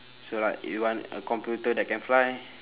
so like you want a computer that can fly